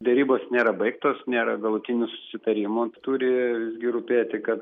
derybos nėra baigtos nėra galutinių susitarimų turi visgi rūpėti kad